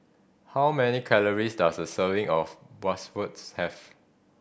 how many calories does a serving of Bratwurst have